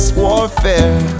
warfare